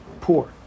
poor